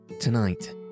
Tonight